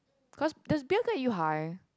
cause does beer get you high